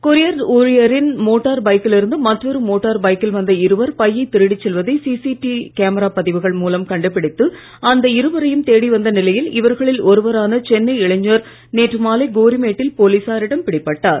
courier ஊழியரின் motor பைக்கில் இருந்து மற்றொரு மோட்டார் பைக்கில் வந்த இருவர் பையை திருடிச் செல்வதை சிசிடிவி கேமரா பதிவுகள் மூலம் கண்டுபிடித்து அந்த இருவரையும் தேடி வந்த நிலையில் இவர்களில் ஒருவரான சென்னை இளைஞர் நேற்று மாலை கோரிமேட்டில் போலீசாரிடம் பிடிப்பட்டார்